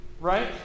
right